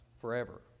forever